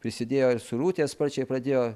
prisidėjo ir suirutės sparčiai pradėjo